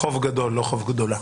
חוב גדול לא חוב גדולה.